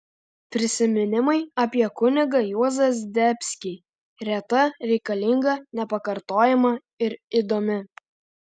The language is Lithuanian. prisiminimai apie kunigą juozą zdebskį reta reikalinga nepakartojama ir įdomi